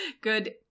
good